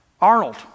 Arnold